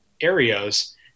areas